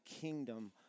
kingdom